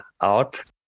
out